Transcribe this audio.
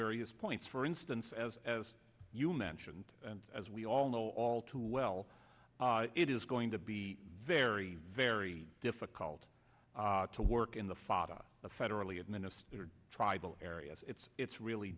various points for instance as as you mentioned and as we all know all too well it is going to be very very difficult to work in the fata federally administered tribal areas it's it's really